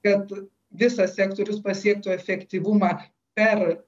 kad visas sektorius pasiektų efektyvumą per